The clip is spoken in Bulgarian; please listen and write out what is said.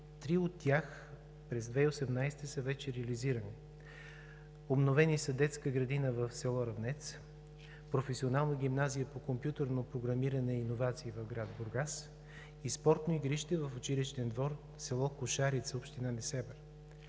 три от тях през 2018 г. са вече реализирани. Обновени са детската градина в село Равнец, Професионалната гимназия по компютърно програмиране и иновации в град Бургас и спортното игрище в училищен двор – село Кошарица, община Несебър.